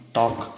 talk